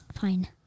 Fine